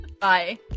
Bye